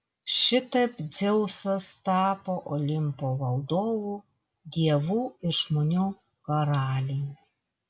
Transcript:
šitaip dzeusas tapo olimpo valdovu dievų ir žmonių karaliumi